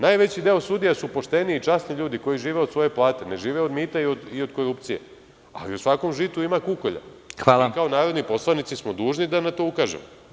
Najveći deo sudija su pošteni i časni ljudi koji žive od svoje plate, ne žive od mita i od korupcije, ali u svakom žitu ima i kukolja, a mi kao narodni poslanici smo dužni da na to ukažemo.